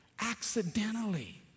accidentally